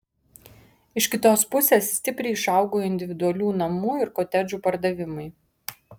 iš kitos pusės stipriai išaugo individualių namų ir kotedžų pardavimai